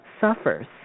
suffers